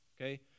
Okay